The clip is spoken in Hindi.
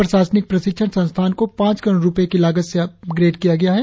प्रशासनिक प्रशिक्षण संस्थान को पांच करोड़ रुपए की लागत से अपग्रेड किया गया है